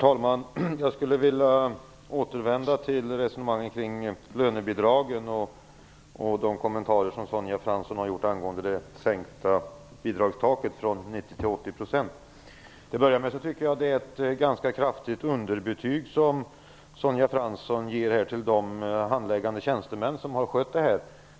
Herr talman! Jag vill återvända till resonemanget kring lönebidragen och Sonja Franssons kommentarer angående det sänkta bidragstaket från 90 % till 80 %. Till att börja med tycker jag att det är ett ganska kraftigt underbetyg som Sonja Fransson ger de handläggande tjänstemän som har skött detta.